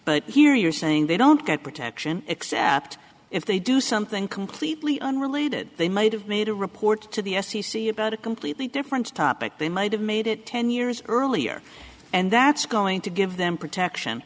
but here you're saying they don't get protection except if they do something completely unrelated they might have made a report to the f c c about a completely different topic they might have made it ten years earlier and that's going to give them protection